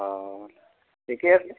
অঁ ঠিকে আছে